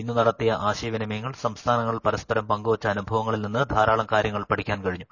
ഇന്നു നടത്തിയ ആശയവിനിമയത്തിൽ സംസ്ഥാനങ്ങൾ പരസ്പരം പങ്കുവച്ച അനുഭവങ്ങളിൽ നിന്ന് ധാരാളം കാരൃങ്ങൾ പഠിക്കാൻ കഴിഞ്ഞു